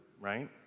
right